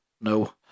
No